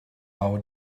our